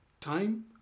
time